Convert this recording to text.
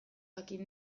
jakin